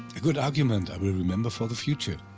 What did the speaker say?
good argument, i will remember for the future.